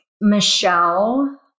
Michelle